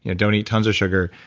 you know don't eat tons of sugar,